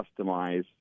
customize